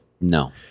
No